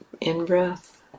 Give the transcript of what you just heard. in-breath